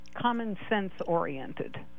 common-sense-oriented